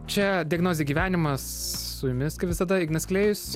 čia diagnozė gyvenimas su jumis kaip visada ignas klėjus